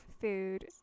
Food